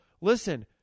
Listen